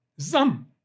zam